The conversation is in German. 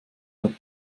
hat